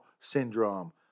syndrome